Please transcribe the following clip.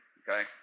okay